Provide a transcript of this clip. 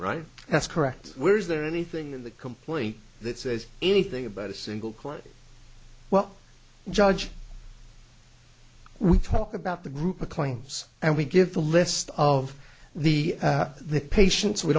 right that's correct where is there anything in the complaint that says anything about a single quite well judge we talk about the group of claims and we give the list of the the patients we